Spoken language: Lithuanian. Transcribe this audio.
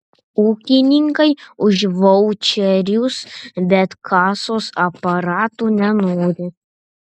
ūkininkai už vaučerius bet kasos aparatų nenori